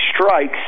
strikes